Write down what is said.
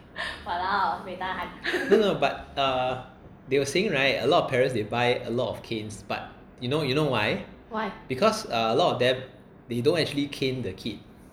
no no but uh they were saying right a lot of parents they buy a lot of canes but you know you know why because a lot of them they don't actually cane the kid